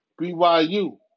BYU